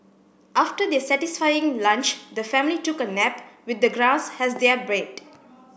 after their satisfying lunch the family took a nap with the grass as their bed